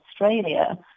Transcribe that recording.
Australia